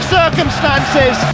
circumstances